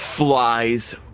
Flies